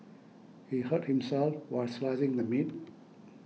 he hurt himself while slicing the meat